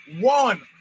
one